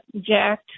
Jack